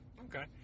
Okay